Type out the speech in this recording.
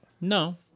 No